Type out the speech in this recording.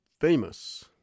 famous